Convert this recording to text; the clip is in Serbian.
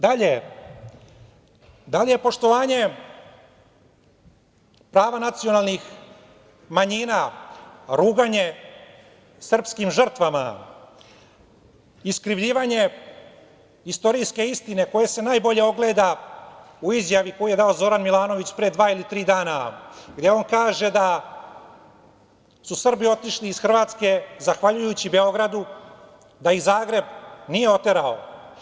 Dalje, da li je poštovanje prava nacionalnih manjina ruganje srpskim žrtvama, iskrivljivanje istorijske istine koja se najbolje ogleda u izjavi koju je dao Zoran Milanović pre dva ili tri dana, gde on kaže da su Srbi otišli iz Hrvatske zahvaljujući Beogradu, da ih Zagreb nije oterao?